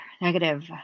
negative